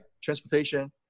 Transportation